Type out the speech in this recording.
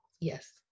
Yes